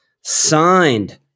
signed